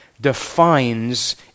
defines